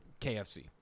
KFC